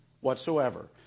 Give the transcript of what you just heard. whatsoever